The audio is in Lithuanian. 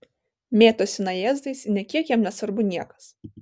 mėtosi najėzdais ir nė kiek jam nesvarbu niekas